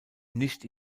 nicht